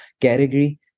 category